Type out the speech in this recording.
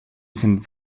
sind